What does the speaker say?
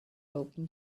open